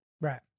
Right